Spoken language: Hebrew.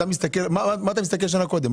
אתה מסתכל, מה אתה מסתכל שנה קודם?